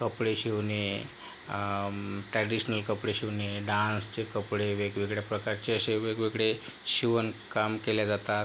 कपडे शिवणे ट्रॅडिशनल कपडे शिवणे डान्सचे कपडे वेगवेगळ्या प्रकारचे असे वेगवेगळे शिणनकाम केल्या जातात